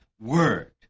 word